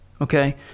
Okay